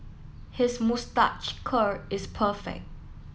his moustache curl is perfect